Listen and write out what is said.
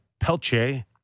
Pelche